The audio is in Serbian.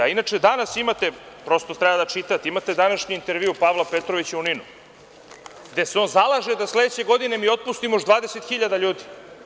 Inače, danas imate, prosto treba da čitate, imate današnji intervju Pavla Petrovića u Ninu gde se on zalaže da sledeće godine mi otpustimo još 20.000 ljudi.